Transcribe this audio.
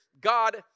God